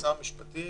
כשר משפטים